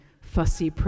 fussy